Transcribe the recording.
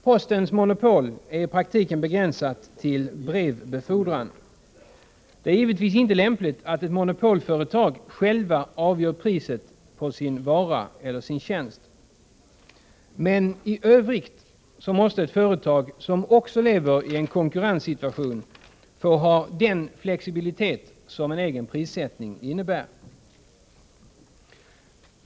Postens monopol är i praktiken begränsat till brevbefordran. Det är givetvis inte lämpligt att monopolföretag själva avgör priset på sin vara eller sin tjänst, men i övrigt måste ett företag som befinner sig i en konkurrenssituation få ha den flexibilitet som en egen prissättning innebär.